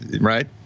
right